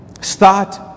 Start